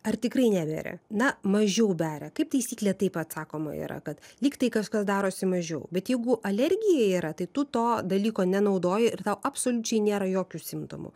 ar tikrai neberia na mažiau beria kaip taisyklė taip atsakoma yra kad lyg tai kažkas darosi mažiau bet jeigu alergija yra tai tu to dalyko nenaudoji ir tau absoliučiai nėra jokių simptomų